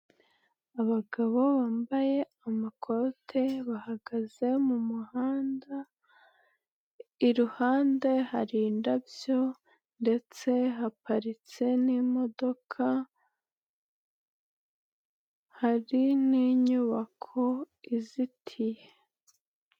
Abagabo bambaye amakote bahagaze mu muhanda, iruhande hari indabyo ndetse haparitse n'imodoka hari n'inyubako izitiye.